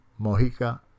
Mojica